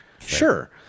Sure